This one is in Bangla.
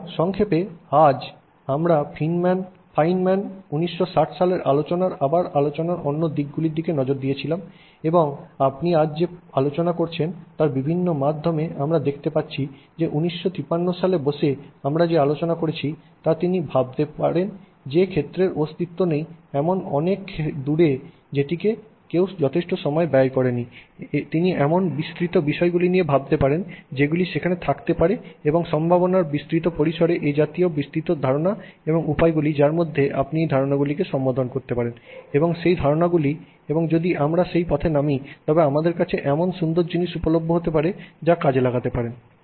সুতরাং সংক্ষেপে আজ আমরা ফিনম্যান 1959 সালের আলোচনার আবার আলোচনার অন্য দিকগুলির দিকে নজর দিয়েছিলাম এবং আপনি আজ যে আলোচনা করেছেন তার বিভিন্ন মাধ্যমে আমরা দেখতে পাচ্ছি যে তিনি 1953 সালে বসে আমরা যে আলোচনা করেছি তিনি তা ভাবতে পারেন যে ক্ষেত্রের অস্তিত্ব নেই এমন ক্ষেত্রের অনেক দূরে যেটিতে কেউ যথেষ্ট সময় ব্যয় করেনি তিনি এমন বিস্তৃত বিষয়গুলি নিয়ে ভাবতে পারেন যেগুলি সেখানে থাকতে পারে এবং সম্ভাবনার বিস্তৃত পরিসর এ জাতীয় বিস্তৃত ধারণা এবং উপায়গুলি যার মধ্যে আপনি এই ধারণাগুলিগুলিকে সম্বোধন করতে পারেন এবং সেই ধারণাগুলি এবং যদি আমরা সেই পথে নামি তবে আমাদের কাছে এমন সুন্দর জিনিস উপলভ্য হতে পারে যা কাজে লাগাতে পারেন